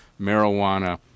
marijuana